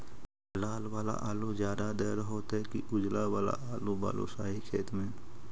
लाल वाला आलू ज्यादा दर होतै कि उजला वाला आलू बालुसाही खेत में?